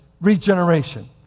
Regeneration